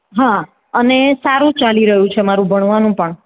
હં અને સારું ચાલી રહ્યું છે મારુ ભણવાનું પણ